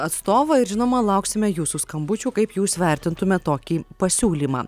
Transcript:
atstovai ir žinoma lauksime jūsų skambučių kaip jūs vertintumėt tokį pasiūlymą